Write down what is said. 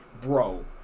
Bro